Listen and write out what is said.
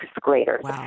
graders